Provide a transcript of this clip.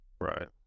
right